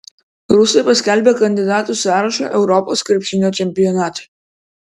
rusai paskelbė kandidatų sąrašą europos krepšinio čempionatui